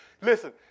Listen